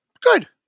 good